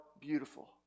beautiful